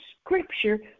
scripture